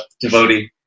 devotee